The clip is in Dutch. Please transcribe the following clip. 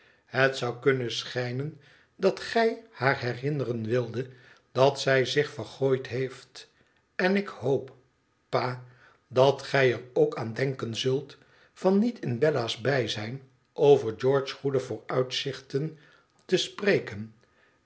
het zou kunnen schijnen dat gij haar herinneren wildet dat zij zich vergooid heeft n ik hoop pa dat gij er ook aan denken zult van niet in bell's bijzijn over george's goede vooruitzichten te spreken